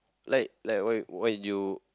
like like what you what you